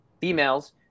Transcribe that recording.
females